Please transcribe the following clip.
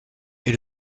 est